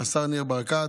השר ניר ברקת.